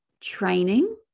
training